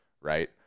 right